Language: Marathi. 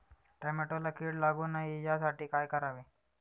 टोमॅटोला कीड लागू नये यासाठी काय करावे?